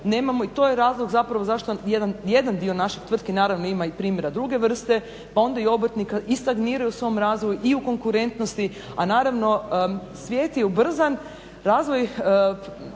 i to je razlog zašto jedan dio naših tvrtki ima i primjera i druge vrste pa onda i obrtnika i stagniraju u svom razvoju i u konkurentnosti, a naravno svijet je ubrzan, razvoj